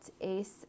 Ace